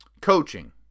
Coaching